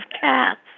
cats